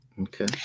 Okay